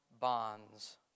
bonds